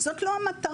זאת לא המטרה.